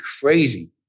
crazy